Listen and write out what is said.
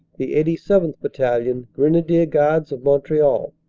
the eighty seventh. battalion, grenadier guards of montreal.